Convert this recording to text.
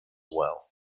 well